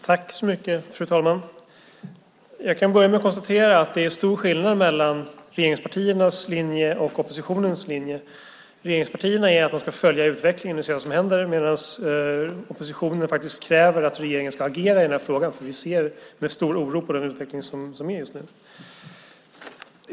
Fru talman! Det är stor skillnad mellan regeringspartiernas linje och oppositionens linje. Regeringspartiernas är att man ska följa utvecklingen och se vad som händer medan oppositionen kräver att regeringen ska agera i frågan, för vi ser med stor oro på rådande utveckling.